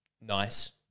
nice